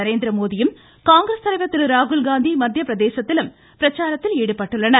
நரேந்திரமோதியும் காங்கிரஸ் தலைவர் திரு ராகுல்காந்தி மத்திய பிரதேசத்திலும் பிரச்சாரத்தில் ஈடுபட்டுள்ளனர்